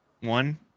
One